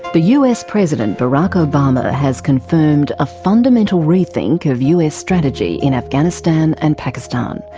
the us president barak obama has confirmed a fundamental rethink of us strategy in afghanistan and pakistan.